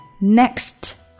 next